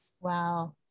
wow